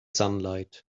sunlight